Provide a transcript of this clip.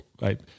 right